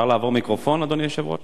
אפשר לעבור מיקרופון, אדוני היושב-ראש?